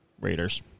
Raiders